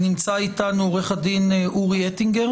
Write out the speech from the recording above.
עורכת הדין אורי אטינגר